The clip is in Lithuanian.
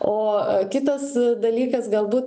o kitas dalykas galbūt